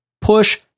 push